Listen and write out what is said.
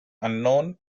unknown